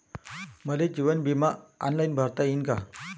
मले जीवन बिमा ऑनलाईन भरता येईन का?